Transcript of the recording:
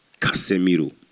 Casemiro